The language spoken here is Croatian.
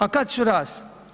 A kad su rasli?